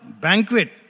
banquet